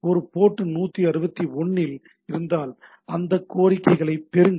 இது போர்ட் 161 இல் இருந்தால் அடுத்த கோரிக்கைகளைப் பெறுங்கள்